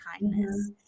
kindness